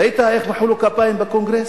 ראית איך מחאו לו כפיים בקונגרס?